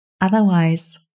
otherwise